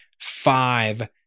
five